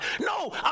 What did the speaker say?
No